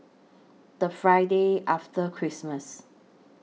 The Friday after Christmas